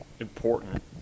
important